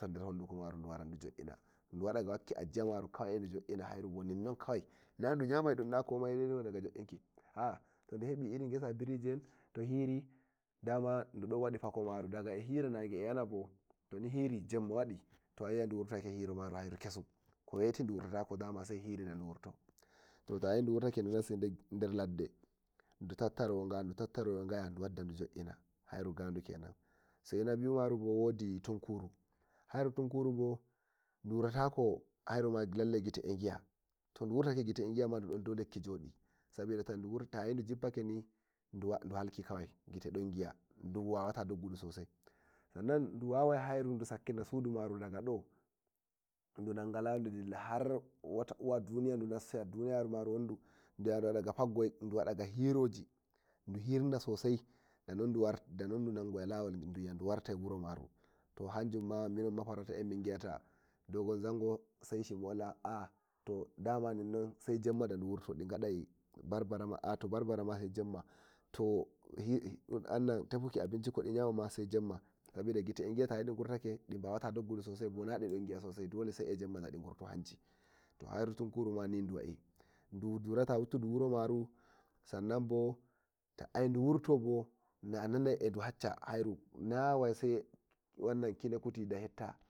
Du wara du jo'ina duwa daga wakki ajiya maru hairu bo kawai nadu yamai du saidu wada jo'inki aa to du hedi irin gesa biriji en daman du don wadi fako maro e yana bo, toni hiri Jemma wani to ayi'ai du duwurtake hiro maru hiro kesum ko weti wuwarta tako hariru sai Jemma wadi saidu wurot to tayi du wurtake du nassi der ladde du tattaro ga du wadda du jo'ina hairu gandu kenan sai na biyu maru bo wodi tunkuru hairu tankuru bo du wurta tako lallai gite eh gi'a to duwurtake gite eh giama dudon dau lekki jodi toyi du jiffaki bo ni duhalki kawai duwawata dogguki sosai sannan duwawai hairu du sakkina sudu maru do du nanga lawa didil har wata uwa duniya dunassa duwarta daga hiroji duhirna sosai enon dun nanga lawal duwi'a du hirnai sosai enon du nanga lawo du wi'a du war tai wuro maru to hanjum minon mafarauta en mimbi ata dogon zango sai jemma da ndu wurto to bar bara ma sai jemma to tefuki abinci ma sai jenma sai gite e yi'a dibawata dogguki sosai dole sai eh jemma di gurto hanji to hairu tunkuru ma di duwa'i du dura ta wuttudu wuro maru sannan bo ta edu wurtake ananai edu hassha.